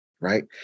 Right